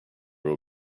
were